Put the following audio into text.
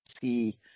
see